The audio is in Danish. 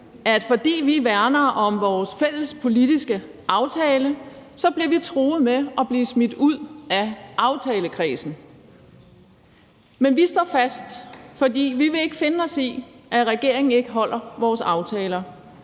vi, fordi vi værner om vores fælles politiske aftale, bliver truet med at blive smidt ud af aftalekredsen. Men vi står fast, for vi vil ikke finde os i, at regeringen ikke overholder vores aftaler,